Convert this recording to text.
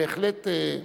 בהחלט,